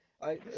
I-